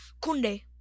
Kunde